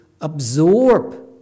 absorb